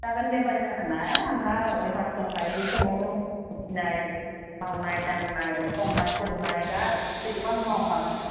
जागोन दे बाय जागोन आंहा अयफास दंखायो फुंआवनो उथिनाय मावनाय दांनाय संनाय खुरनाय गासिबो आं मावखागोन